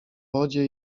wodzie